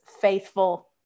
faithful